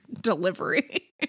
delivery